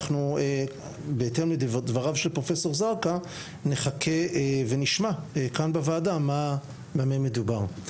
בהתאם לדבריו של פרופ' זרקא נחכה ונשמע כאן בוועדה במה מדובר.